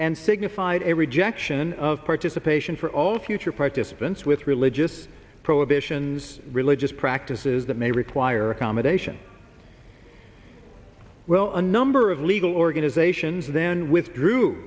and signified a rejection of participation for all future participants with religious prohibitions religious practices that may require accommodation well a number of legal organisations then with